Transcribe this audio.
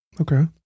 Okay